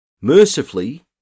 Mercifully